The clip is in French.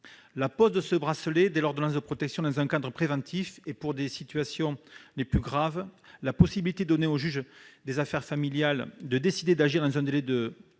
La pose d'un BAR dès l'ordonnance de protection dans un cadre préventif et pour les situations les plus graves, ainsi que la possibilité donnée au juge aux affaires familiales de décider d'agir dans un délai réduit